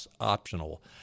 optional